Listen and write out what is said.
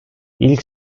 i̇lk